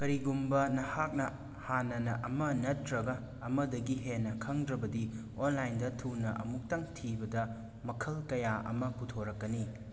ꯀꯔꯤꯒꯨꯝꯕ ꯅꯍꯥꯛꯅ ꯍꯥꯟꯅꯅ ꯑꯃ ꯅꯠꯇ꯭ꯔꯒ ꯑꯃꯗꯒꯤ ꯍꯦꯟꯅ ꯈꯪꯗ꯭ꯔꯕꯗꯤ ꯑꯣꯟꯂꯥꯏꯟꯗ ꯊꯨꯅ ꯑꯃꯨꯛꯇꯪ ꯊꯤꯕꯗ ꯃꯈꯜ ꯀꯌꯥ ꯑꯃ ꯄꯨꯊꯣꯔꯛꯀꯅꯤ